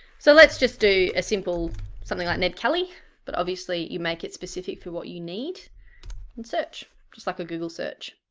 so let's just do a simple something like ned kelly but obviously you make it specific for what you need and search, just like a google search.